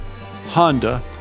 Honda